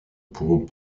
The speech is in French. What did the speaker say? pourront